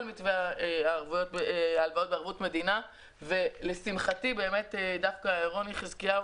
מתווה ההלוואות בערבות מדינה ולשמחתי באמת דווקא רוני חזקיהו,